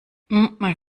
man